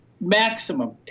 maximum